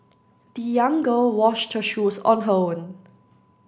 the young girl washed her shoes on her own